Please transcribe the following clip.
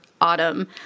Autumn